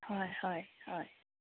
হয় হয় হয়